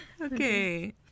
Okay